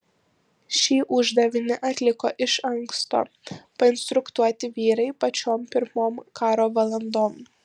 šį uždavinį atliko iš anksto painstruktuoti vyrai pačiom pirmom karo valandom